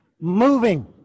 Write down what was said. moving